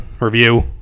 review